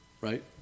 right